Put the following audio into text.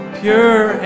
pure